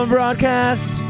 Broadcast